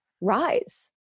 rise